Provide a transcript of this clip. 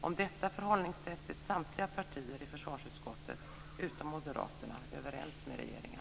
Om detta förhållningssätt är samtliga partier i försvarsutskottet utom Moderaterna överens med regeringen.